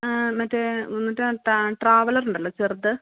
മറ്റേ മറ്റേ ട്രാ ട്രാവലറുണ്ടല്ലോ ചെറുത്